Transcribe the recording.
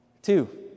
two